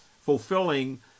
fulfilling